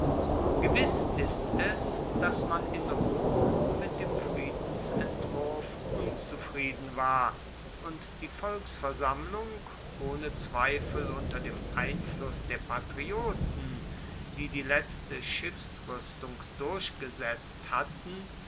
gewiss ist es dass man in rom mit dem friedensentwurf unzufrieden war und die volksversammlung ohne zweifel unter dem einfluss der patrioten die die letzte schiffsruestung durchgesetzt hatten